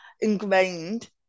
ingrained